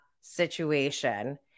situation